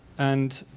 and,